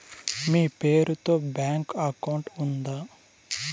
మీ పేరు తో bank account ఉందా?